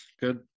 good